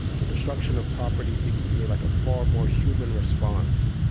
the destruction of property seems to me like a far more human response